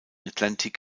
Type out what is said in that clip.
atlantic